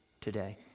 today